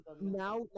Now